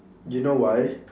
you know why